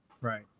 right